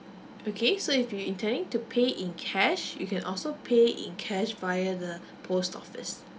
okay so if you intending to pay in cash you can also pay in cash via the post office